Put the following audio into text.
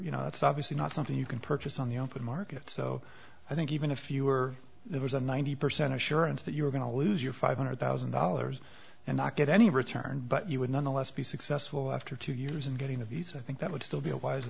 you know it's obviously not something you can purchase on the open market so i think even if you were there was a ninety percent of surance that you were going to lose your five hundred thousand dollars and not get any return but you would nonetheless be successful after two years of getting a visa i think that would still be